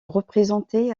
représentait